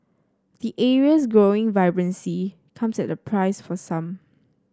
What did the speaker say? the area's growing vibrancy comes at a price for some